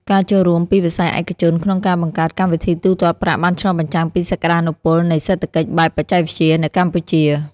ការចូលរួមពីវិស័យឯកជនក្នុងការបង្កើតកម្មវិធីទូទាត់ប្រាក់បានឆ្លុះបញ្ចាំងពីសក្តានុពលនៃសេដ្ឋកិច្ចបែបបច្ចេកវិទ្យានៅកម្ពុជា។